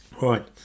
Right